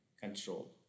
control